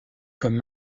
comme